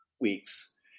weeks